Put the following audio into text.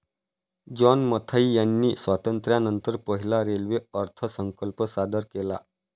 John Mathai यांनी स्वातंत्र्यानंतर पहिला रेल्वे अर्थसंकल्प सादर केला